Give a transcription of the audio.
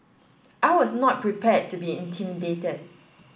I was not prepared to be intimidated